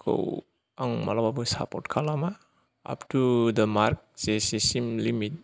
खौ आं मालाबाबो सापर्ट खालामा आपटु दा मार्क जेसेसिम लिमिट